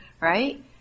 Right